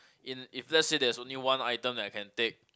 in if let's say there's only one item that I can take